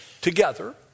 together